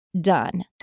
done